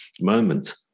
moment